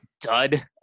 dud